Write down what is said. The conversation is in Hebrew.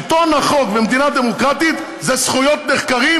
שלטון החוק במדינה דמוקרטית זה זכויות נחקרים,